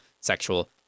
sexual